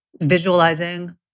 visualizing